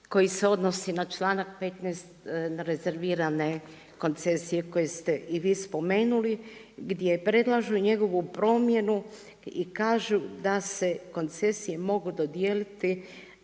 koji se odnosi na članak 15. na rezervirane koncesije koje ste i vi spomenuli gdje predlažu njegovu promjenu i kažu da se koncesije mogu dodijeliti